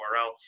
URL